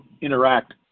interact